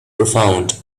profound